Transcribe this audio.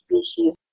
species